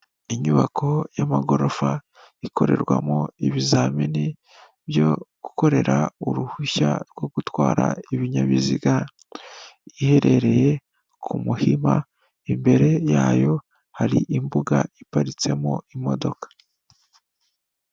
Inyubako y'amagorofa ikorerwamo ibizamini byo gukorera uruhushya rwo gutwara ibinyabiziga iherereye ku muhima, imbere yayo hari imbuga iparitsemo imodoka.